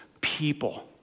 people